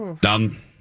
Done